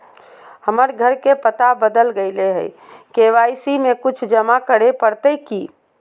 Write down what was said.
हमर घर के पता बदल गेलई हई, के.वाई.सी में कुछ जमा करे पड़तई की?